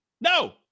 No